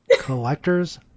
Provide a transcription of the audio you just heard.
Collectors